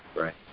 right